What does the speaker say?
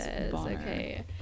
Okay